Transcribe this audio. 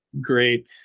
great